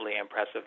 impressive